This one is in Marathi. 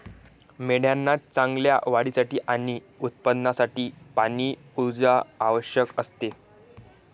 मेंढ्यांना चांगल्या वाढीसाठी आणि उत्पादनासाठी पाणी, ऊर्जा आवश्यक असते